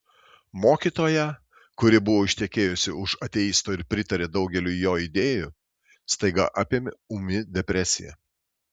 mokytoją kuri buvo ištekėjusi už ateisto ir pritarė daugeliui jo idėjų staiga apėmė ūmi depresija